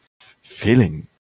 feeling